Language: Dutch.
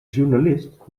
journalist